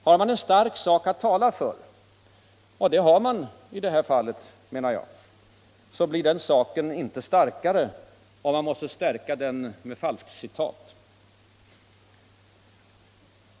Har man en stark sak att tala för — och det har man i det här fallet, menar jag — blir den saken inte starkare om man måste stärka den med falskeitat.